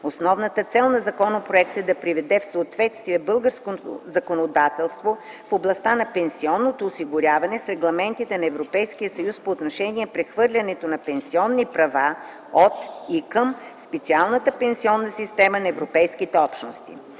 Основната цел на законопроекта е да приведе в съответствие българското законодателство в областта на пенсионното осигуряване с регламентите на Европейския съюз по отношение прехвърлянето на пенсионни права от и към специалната пенсионна схема на Европейските общности.